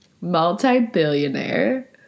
multi-billionaire